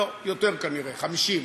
לא, יותר כנראה, 50,